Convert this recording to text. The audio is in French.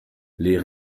les